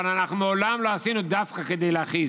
אבל אנחנו מעולם לא עשינו דווקא, כדי להכעיס.